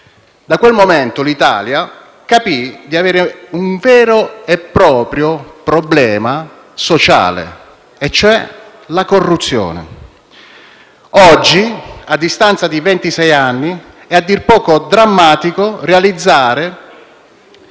Da quel momento l'Italia capì di avere un vero e proprio problema sociale: la corruzione. Oggi, a distanza di ventisei anni, è a dir poco drammatico realizzare